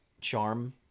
charm